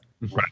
Right